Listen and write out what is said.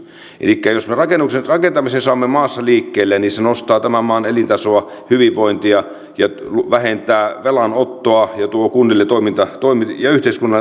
elikkä jos me rakentamisen saamme maassa liikkeelle niin se nostaa tämän maan elintasoa hyvinvointia ja vähentää velanottoa ja tuo kunnille ja yhteiskunnalle toimintatoleranssia lisää